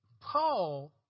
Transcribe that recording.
Paul